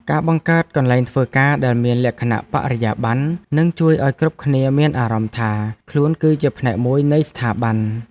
ការបង្កើតកន្លែងធ្វើការដែលមានលក្ខណៈបរិយាបន្ននឹងជួយឱ្យគ្រប់គ្នាមានអារម្មណ៍ថាខ្លួនគឺជាផ្នែកមួយនៃស្ថាប័ន។